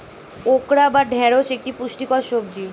okra বা ঢ্যাঁড়স একটি পুষ্টিকর সবজি